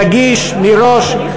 יגיש מראש.